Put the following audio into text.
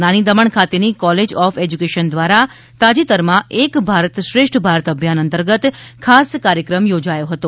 નાની દમણ ખાતેની college of education દ્વારા તાજેતરમાં એક ભારત શ્રેષ્ઠ ભારત અભિયાન અંતર્ગત ખાસ કાર્યક્રમ યોજાયો હતો